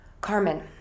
Carmen